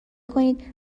کنید